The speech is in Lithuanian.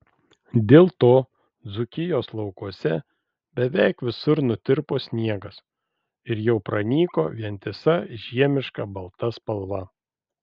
dėl to dzūkijos laukuose beveik visur nutirpo sniegas ir jau pranyko vientisa žiemiška balta spalva